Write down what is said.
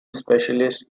specialists